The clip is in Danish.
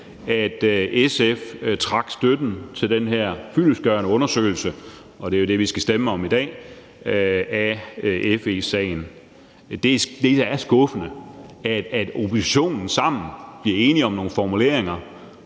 at SF trak støtten til den her fyldestgørende undersøgelse af FE-sagen, og det er jo det, vi skal stemme om i dag. Det er skuffende, at oppositionen sammen bliver enige om nogle formuleringer